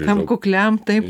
tam kukliam taip